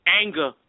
anger